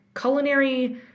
culinary